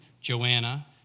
Joanna